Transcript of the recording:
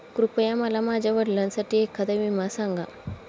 कृपया मला माझ्या वडिलांसाठी एखादा विमा सांगा